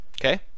okay